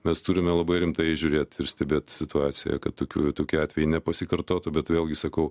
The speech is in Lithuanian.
mes turime labai rimtai žiūrėt ir stebėt situaciją kad tokių tokie atvejai nepasikartotų bet vėlgi sakau